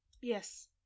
yes